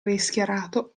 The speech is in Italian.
rischiarato